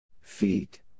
Feet